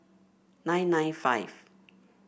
nine nine five